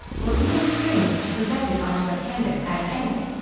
or even strings to project it onto a canvas at an angle.